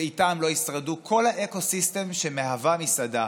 ואיתן לא ישרדו כל האקו-סיסטם שמהווה מסעדה,